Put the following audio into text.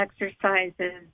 exercises